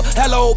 hello